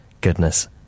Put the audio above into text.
goodness